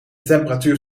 temperatuur